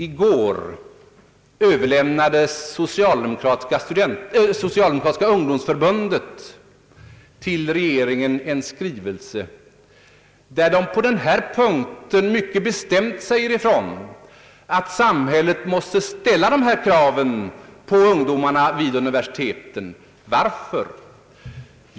I går överlämnade socialdemokratiska ungdomsförbundet till regeringen en skrivelse, där det mycket bestämt sägs ifrån att samhället måste ställa dessa krav på ungdomarna vid universiteten. Varför?